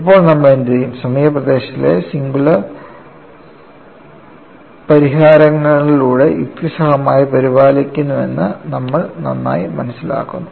ഇപ്പോൾ നമ്മൾ എന്തുചെയ്യും സമീപ പ്രദേശത്തെ സിംഗുലാർ പരിഹാരത്തിലൂടെ യുക്തിസഹമായി പരിപാലിക്കുന്നുവെന്ന് നമ്മൾ നന്നായി മനസ്സിലാക്കുന്നു